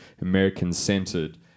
American-centered